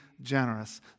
generous